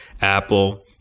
Apple